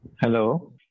Hello